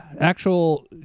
Actual